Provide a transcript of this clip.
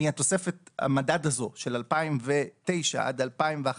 מתוספת המדד הזו של 2009 עד 2011,